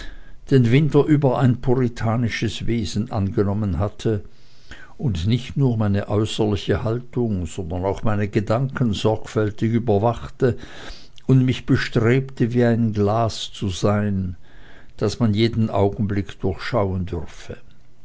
den winter über ein puritanisches wesen angenommen hatte und nicht nur meine äußerliche haltung sondern auch meine gedanken sorgfältig überwachte und mich bestrebte wie ein glas zu sein das man jeden augenblick durchschauen dürfe